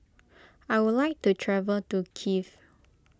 I would like to travel to Kiev